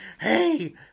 Hey